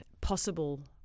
possible